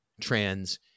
trans